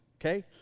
okay